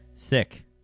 Thick